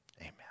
amen